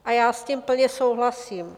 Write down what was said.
A já s tím plně souhlasím.